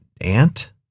aunt